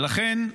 ולכן,